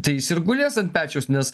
tai jis ir gulės ant pečiaus nes